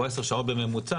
הוא עשר שעות בממוצע,